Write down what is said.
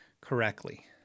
correctly